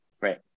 right